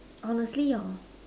honestly hor